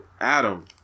Adam